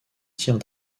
tirs